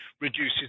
reduces